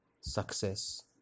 success